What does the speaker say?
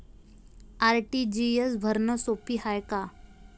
RTGS भरनं सोप हाय का?